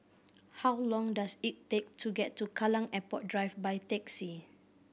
how long does it take to get to Kallang Airport Drive by taxi